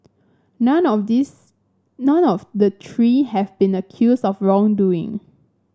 none of this none of the three have been accused of wrongdoing